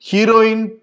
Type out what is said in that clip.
Heroine